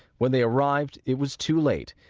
when they arrived, it was too late.